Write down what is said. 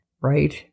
right